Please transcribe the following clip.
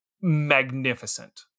magnificent